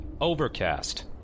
Overcast